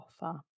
offer